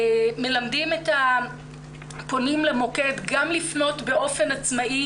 מלמדים את הפונים למוקד גם לפנות באופן עצמאי.